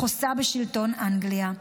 החוסה בשלטון אנגליה,